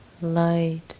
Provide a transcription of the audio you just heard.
light